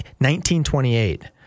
1928